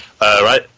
Right